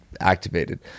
activated